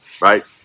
right